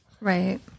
right